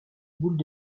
boules